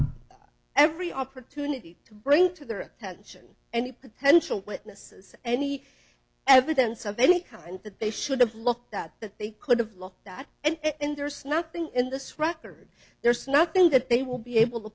had every opportunity to bring to their attention any potential witnesses any evidence of any kind that they should have looked at that they could have lost that and there's nothing in this record there's nothing that they will be able to